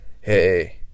hey